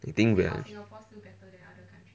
you think we are